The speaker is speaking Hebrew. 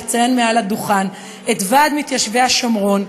לציין מעל הדוכן את ועד מתיישבי השומרון,